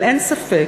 אבל אין ספק